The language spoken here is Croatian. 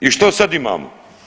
I što sad imamo?